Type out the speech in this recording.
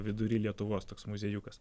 vidury lietuvos toks muziejukas